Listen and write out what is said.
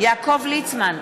יעקב ליצמן,